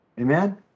amen